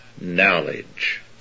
knowledge